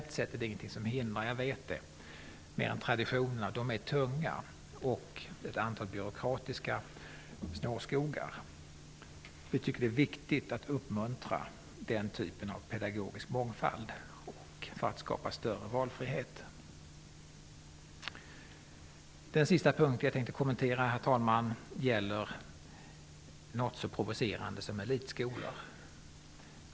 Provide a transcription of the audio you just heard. Jag vet att det formellt sätt inte finns något mer än traditionerna -- de är tunga -- och ett antal byråkratiska snårskogar som hindrar. Vi tycker att det är viktigt att uppmunta den typen av pedagogisk mångfald för att skapa större valfrihet. Den sista punkt jag tänkte kommentera, herr talman, gäller något så provocerande som elitskolor.